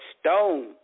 stone